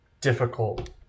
difficult